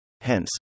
Hence